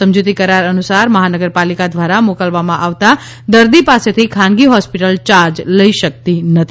સમજૂતી કરાર અનુસાર મહાનગર પાલિકા દ્વારા મોકલવામાં આવતા દર્દી પાસેથી ખાનગી હોસ્પિટલ ચાર્જ લઇ સકતી નથી